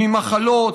מתים ממחלות.